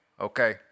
Okay